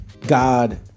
God